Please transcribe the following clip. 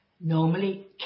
normally